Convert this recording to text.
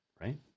right